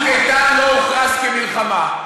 "צוק איתן" לא הוכרז כמלחמה,